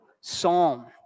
psalm